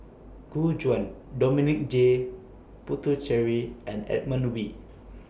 Gu Juan Dominic J Puthucheary and Edmund Wee